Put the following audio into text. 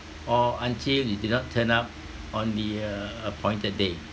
or until you did not turn up on the uh appointed day